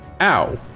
ow